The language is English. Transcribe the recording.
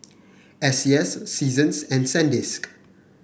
S C S Seasons and Sandisk